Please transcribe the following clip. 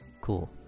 cool